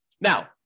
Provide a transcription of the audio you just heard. Now